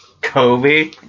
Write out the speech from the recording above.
Kobe